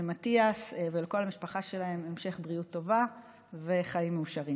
למתיאס ולכל המשפחה שלהם המשך בריאות טובה וחיים מאושרים.